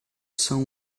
são